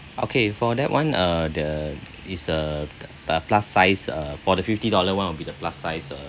okay for that one uh the is a a plus size uh for the fifty dollar one will be the plus size uh